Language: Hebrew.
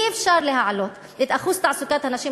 אי-אפשר להעלות את אחוז תעסוקת הנשים